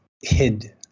hid